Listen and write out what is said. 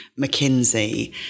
McKinsey